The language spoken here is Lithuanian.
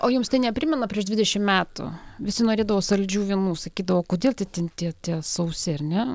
o jums tai neprimena prieš dvidešimt metų visi norėdavo saldžių vynų sakydavo kodėl ten tie tie sausi ar ne